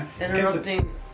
interrupting